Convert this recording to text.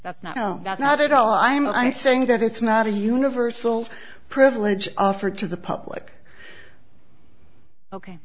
that's not no that's not at all i am i saying that it's not a universal privilege offered to the public ok